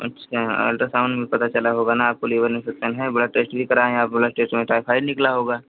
अच्छा अल्ट्रासाउन्ड में पता चला होगा न आपको लीवर में इंफेक्सन है ब्लड टेस्ट भी कराए हैं आप ब्लड टेस्ट में टायफाइड निकला होगा